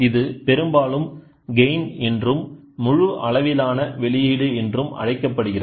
இது பெரும்பாலும் கெய்ன் என்றும் முழு அளவிலான வெளியீடு என்றும் அழைக்கப்படுகிறது